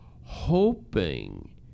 hoping